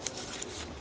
Osma